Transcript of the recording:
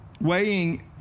Weighing